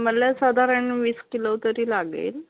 मला साधारण वीस किलो तरी लागेल